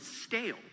stale